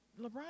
LeBron